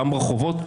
גם ברחובות,